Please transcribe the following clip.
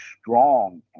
strong